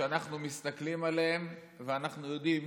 שאנחנו מסתכלים עליהם ואנחנו יודעים